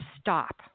stop